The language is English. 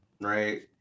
right